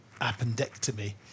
appendectomy